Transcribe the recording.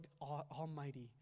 Almighty